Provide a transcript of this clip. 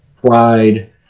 pride